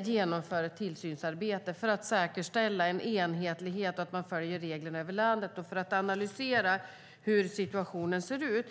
genomför ett tillsynsarbete för att säkerställa en enhetlighet, att man följer reglerna över landet, och för att analysera hur situationen ser ut.